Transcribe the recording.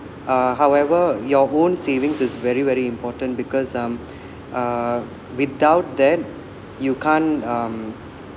uh however your own savings is very very important because um uh without that you can't um